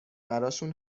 براشون